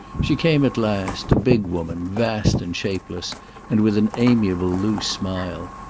she came at last, a big woman, vast and shapeless and with an amiable loose smile,